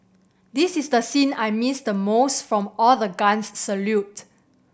this is the scene I missed most from all the guns salute